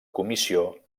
comissió